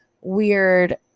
weird